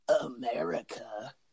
America